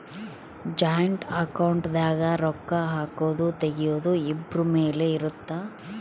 joint account ದಾಗ ರೊಕ್ಕ ಹಾಕೊದು ತೆಗಿಯೊದು ಇಬ್ರು ಮೇಲೆ ಇರುತ್ತ